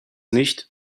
nicht